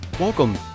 Welcome